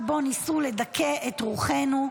חג שבו ניסו לדכא את רוחנו,